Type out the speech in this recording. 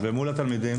ומול התלמידים?